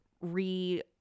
re-